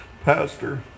pastor